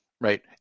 right